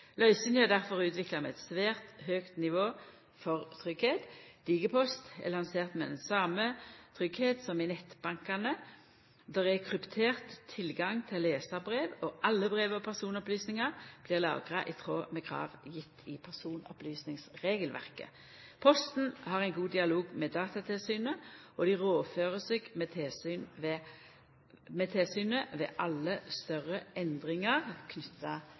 Løysinga er difor utvikla med eit svært høgt nivå for tryggleik. Digipost er lansert med den same tryggleiken som i nettbankane. Det er kryptert tilgang til å lesa brev, og alle brev og personoppslysningar blir lagra i tråd med krav gjevne i personopplysningsregelverket. Posten har ein god dialog med Datatilsynet, og dei rådfører seg med tilsynet ved alle større endringar